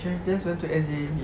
join went to S_J_A_B